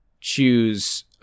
choose